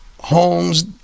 homes